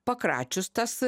pakračius tas